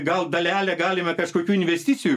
gal dalelę galime kažkokių investicijų